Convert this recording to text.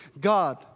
God